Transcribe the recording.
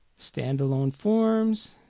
stand-alone forms.